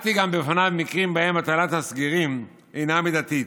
הצגתי בפניו גם מקרים שבהם הטלת הסגרים אינה מידתית.